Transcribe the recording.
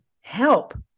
help